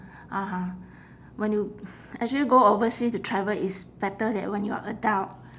(uh huh) when you actually go oversea to travel it's better that when you are adult